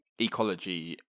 ecology